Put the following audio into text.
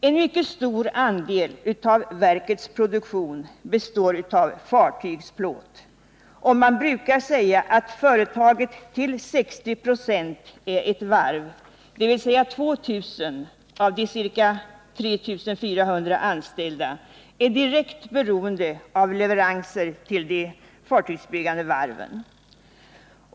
En mycket stor andel av verkets produktion består av fartygsplåt, och man brukar säga att företaget till 60 96 är ett varv, dvs. ca 2 000 av de ca 3 400 anställda är direkt beroende av leveranser till varvsindustrin.